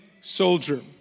soldier